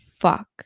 fuck